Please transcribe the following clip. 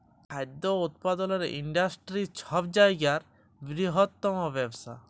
খাদ্য উৎপাদলের ইন্ডাস্টিরি ছব জায়গার বিরহত্তম ব্যবসা